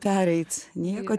pereit nieko